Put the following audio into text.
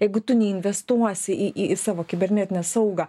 jeigu tu neinvestuosi į į į savo kibernetinę saugą